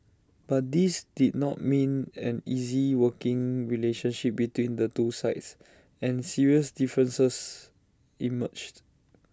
but this did not mean an easy working relationship between the two sides and serious differences emerged